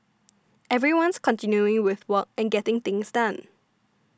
everyone's continuing with work and getting things done